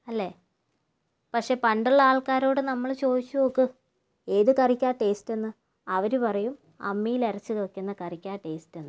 അല്ലേ പക്ഷെ പണ്ടുള്ള ആൾക്കാരോട് നമ്മള് ചോദിച്ചു നോക്ക് ഏത് കറിക്കാണ് ടേസ്റ്റെന്ന് അവര് പറയും അമ്മിയിലരച്ച് വയ്ക്കുന്ന കറിക്കാണ് ടേസ്റ്റെന്ന്